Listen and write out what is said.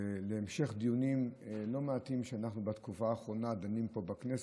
זה המשך של דיונים לא מעטים שאנחנו בתקופה האחרונה דנים פה בכנסת,